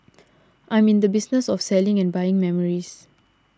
I'm in the business of selling and buying memories